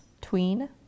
tween